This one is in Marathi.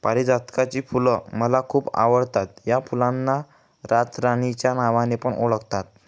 पारीजातकाची फुल मला खूप आवडता या फुलांना रातराणी च्या नावाने पण ओळखतात